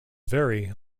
very